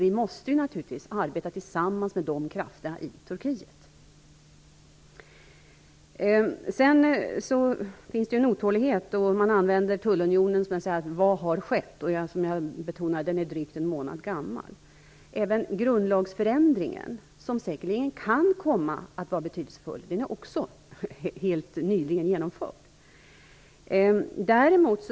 Vi måste naturligtvis arbeta tillsammans med dessa krafter i Turkiet. Det finns ju en otålighet. Man anför detta med tullunionen och undrar vad som har skett. Som jag tidigare betonade är tullunionen en månad gammal. Även grundlagsförändringen, som säkerligen kan komma att bli betydelsefull, är också helt nyligen genomförd.